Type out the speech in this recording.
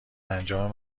انجام